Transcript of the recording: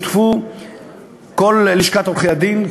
שותפו לשכת עורכי-הדין,